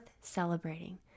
celebrating